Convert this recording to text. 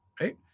Right